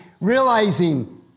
realizing